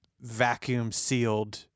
vacuum-sealed